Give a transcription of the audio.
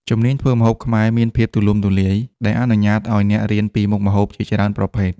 ជំនាញធ្វើម្ហូបខ្មែរមានភាពទូលំទូលាយ ដែលអនុញ្ញាតឱ្យអ្នករៀនពីមុខម្ហូបជាច្រើនប្រភេទ។